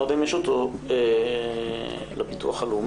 אני לא יודע אם יש אותו לביטוח הלאומי.